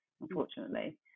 unfortunately